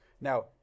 now